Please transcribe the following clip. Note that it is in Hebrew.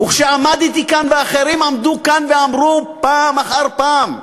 ועמדתי כאן, ואחרים עמדו כאן, ואמרו פעם אחר פעם,